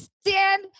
stand –